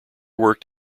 worked